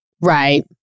Right